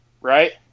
Right